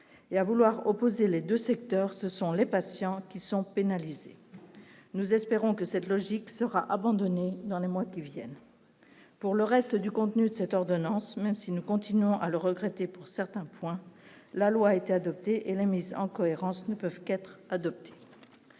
et à vouloir opposer les 2 secteurs, ce sont les patients qui sont pénalisés, nous espérons que cette logique sera abandonnée dans les mois qui viennent, pour le reste du contenu de cette ordonnance, même si nous continuons à le regretter pour certains points, la loi a été adoptée et la mise en cohérence ne peuvent qu'être adopté,